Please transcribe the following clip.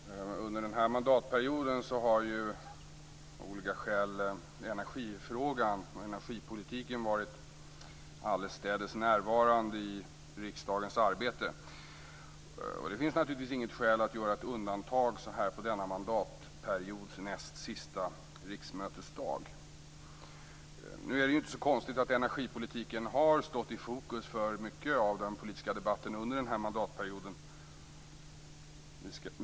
Fru talman! Under den här mandatperioden har av olika skäl energifrågan och energipolitiken varit allestädes närvarande i riksdagens arbete. Det finns naturligtvis inget skäl att göra ett undantag på denna mandatperiods näst sista riksmötesdag. Nu är det ju inte så konstigt att energipolitiken har stått i fokus för mycket av den politiska debatten under den här mandatperioden.